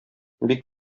бик